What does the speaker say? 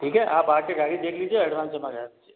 ठीक है आप आके गाड़ी देख लीजिए और ऐड्वैन्स जमा करा दीजिए